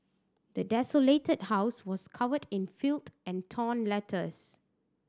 the desolated house was covered in filth and torn letters